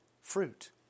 fruit